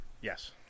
Yes